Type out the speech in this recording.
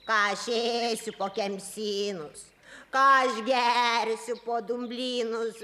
ką aš ėsiu po kemsynus ką aš gersiu po dumblynus